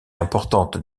importante